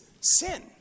sin